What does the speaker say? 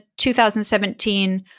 2017